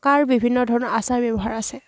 কাৰ বিভিন্ন ধৰণৰ আচাৰ ব্যৱহাৰ আছে